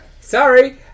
sorry